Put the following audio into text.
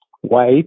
white